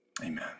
Amen